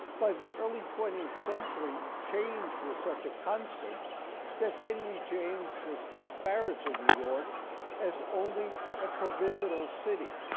by the early twentieth century, change was such a constant that henry james was disparaging new york as only a provisional city.